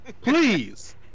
Please